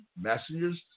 messengers